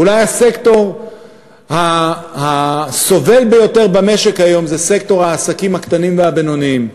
ואולי הסקטור הסובל ביותר במשק היום זה סקטור העסקים הקטנים והבינוניים.